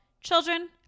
children